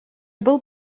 был